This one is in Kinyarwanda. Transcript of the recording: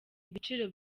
ibiciro